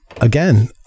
Again